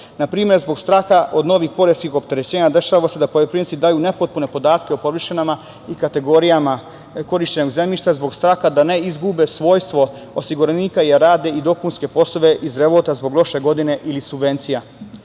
primer, zbog straha od novih poreskih opterećenja, dešavalo se da poljoprivrednici daju nepotpune podatke o površinama i kategorijama korišćenog zemljišta zbog straha da ne izgube svojstvo osiguranika, jer rade i dopunske poslove iz revolta zbog loše godine ili subvencija. Sigurno